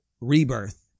rebirth